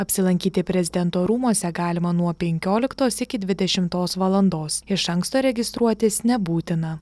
apsilankyti prezidento rūmuose galima nuo penkioliktos iki dvidešimtos valandos iš anksto registruotis nebūtina